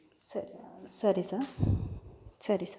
ಸರಿ ಸರಿ ಸರ್ ಸರಿ ಸ